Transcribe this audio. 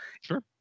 Sure